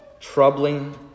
troubling